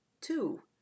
Two